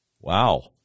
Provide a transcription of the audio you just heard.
Wow